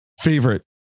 favorite